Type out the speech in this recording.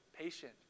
Patient